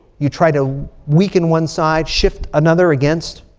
you try to weaken one side shift another against.